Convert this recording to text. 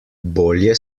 bolje